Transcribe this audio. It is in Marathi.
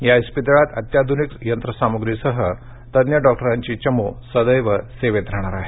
या इस्पितळात अत्याध्निक यंत्रसामग्रीसह तज्ज्ञ डॉक्टरांची चमू सदैव सेवेत राहणार आहे